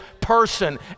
person